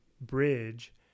bridge